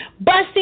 busting